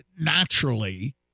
Naturally